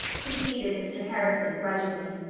conceded mr. harrison grudgingly.